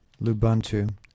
Lubuntu